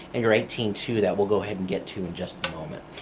and your eighteen too, that we'll go ahead and get to in just a moment.